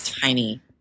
tiny